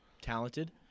talented